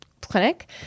clinic